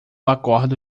acordo